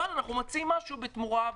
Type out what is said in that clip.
אבל אנחנו מציעים משהו בתמורה,